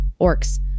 orcs